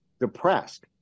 depressed